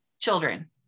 children